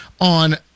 on